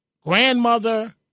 grandmother